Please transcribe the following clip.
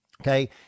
okay